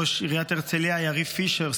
ראש עיריית הרצליה יריב פישר,